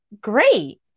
great